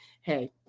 Hey